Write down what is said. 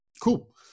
Cool